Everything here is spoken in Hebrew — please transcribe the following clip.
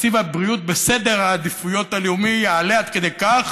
שתקציב הבריאות בסדר העדיפויות הלאומי יעלה עד כדי כך